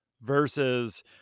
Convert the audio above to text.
versus